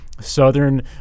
Southern